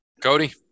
Cody